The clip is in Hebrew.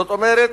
זאת אומרת,